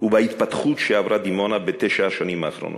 ובהתפתחות של דימונה בתשע השנים האחרונות.